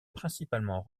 principalement